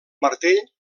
martell